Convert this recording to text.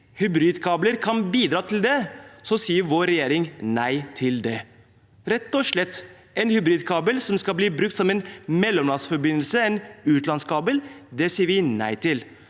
hybridkabler kan bidra til det, sier vår regjering nei til det, rett og slett. En hybridkabel som skal bli brukt som en mellomlandsforbindelse, en utenlandskabel, sier vi nei til.